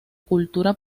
cultura